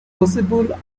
possible